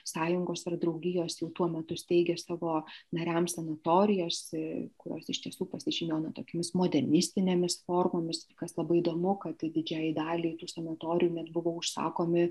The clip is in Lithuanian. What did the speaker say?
sąjungos ir draugijos jau tuo metu steigė savo nariams sanatorijas kurios iš tiesų pasižymėjo na tokiomis modernistinėmis formomis kas labai įdomu kad tai didžiajai daliai tų sanatorijų net buvo užsakomi